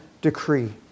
decree